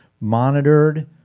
monitored